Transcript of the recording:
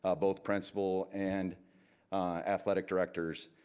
ah both principal and athletic directors.